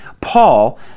Paul